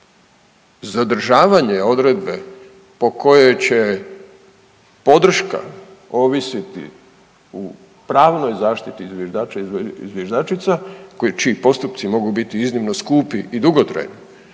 zadržavanja odredbe po kojoj će podrška ovisiti u pravnoj zaštiti zviždača i zviždačica čiji postupci mogu biti iznimno skupi i dugotrajni,